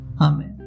Amen